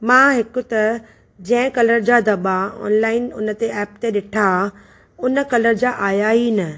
मां हिक त जंहिं कलर जा दॿा ऑनलाइन हुनते एप ते ॾिठा हुन कलर जा आया ई न